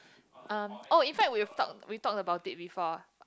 um oh in fact we've talk we've talked about it before